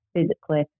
physically